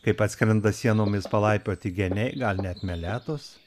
kaip atskrenda sienomis palaipioti geniai gal net meletos